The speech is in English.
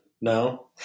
no